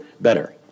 better